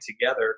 together